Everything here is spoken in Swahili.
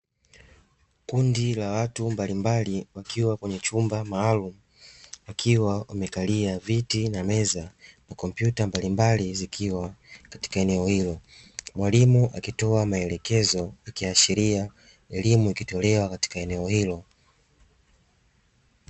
Kundi la watu mbalimbali wakiwa kwenye chumba maalumu wakiwa wamekalia viti na meza kompyuta mbalimbali zikiwa katika eneo hilo, mwalimu akitoa maelekezo akiashiria elimu ikitolewa katika eneo hilo.